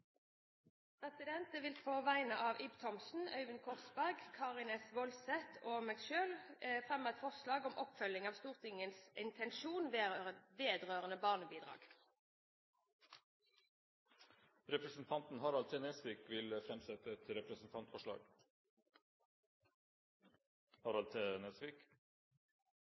Jeg vil på vegne av Ib Thomsen, Øyvind Korsberg, Karin S. Woldseth og meg selv fremme et forslag om oppfølging av Stortingets intensjon vedrørende barnebidrag. Representanten Harald T. Nesvik vil framsette et